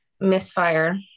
misfire